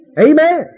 Amen